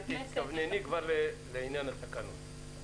תתכוונני לעניין התקנות.